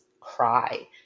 cry